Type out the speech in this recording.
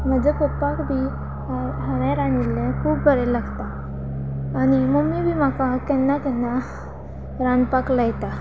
म्हज्या पोप्पाक बी हांवे रांदिल्ले खूब बरें लागता आनी मम्मी बी म्हाका केन्ना केन्ना रांदपाक लायता